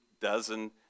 dozen